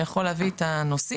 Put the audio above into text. שיכול להביא את הנוסעים,